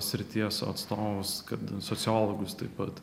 srities atstovus kad sociologus taip pat